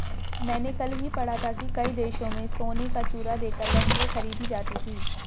मैंने कल ही पढ़ा था कि कई देशों में सोने का चूरा देकर वस्तुएं खरीदी जाती थी